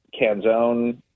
Canzone